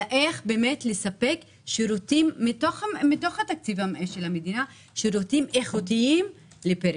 אלא איך לספק מתוך התקציב של המדינה שירותים איכותיים לפריפריה.